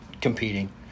competing